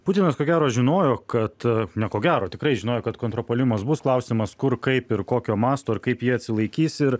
putinas ko gero žinojo kad ne ko gero tikrai žinojo kad kontrpuolimas bus klausimas kur kaip ir kokio masto ir kaip jie atsilaikys ir